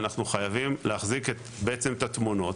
אנחנו חייבים להחזיק את התמונות,